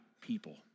people